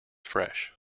fresh